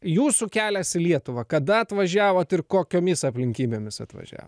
jūsų kelias į lietuvą kada atvažiavot ir kokiomis aplinkybėmis atvažiavot